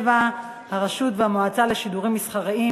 57) (הרשות והמועצה לשידורים מסחריים),